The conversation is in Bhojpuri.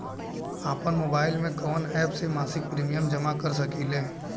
आपनमोबाइल में कवन एप से मासिक प्रिमियम जमा कर सकिले?